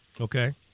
Okay